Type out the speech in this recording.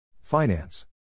Finance